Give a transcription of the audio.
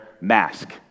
mask